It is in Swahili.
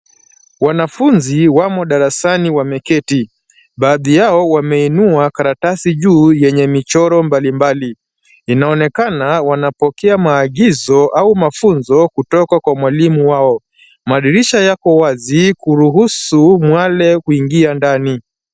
Wanafunzi wamo darasani wameketi, baadhi yao wameinua karatasi juu yenye michoro mbalimbali. Inaonekana wanapokea maagizo au mafunzo kutoka kwa mwalimu wao. Madirisha yako wazi kuruhusu miale kuingia ndani.